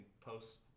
post